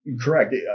Correct